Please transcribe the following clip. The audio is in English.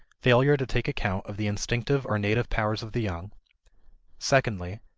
failure to take account of the instinctive or native powers of the young secondly,